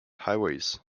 highways